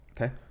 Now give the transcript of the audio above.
Okay